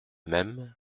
même